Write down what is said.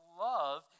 love